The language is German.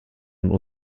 schon